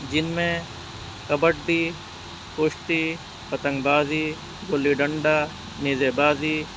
جن میں کبڈی کشتی پتنگ بازی گلی ڈنڈا نیزے بازی